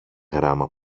γράμμα